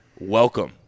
Welcome